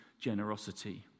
generosity